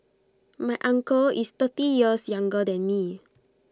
my uncle is thirty years younger than me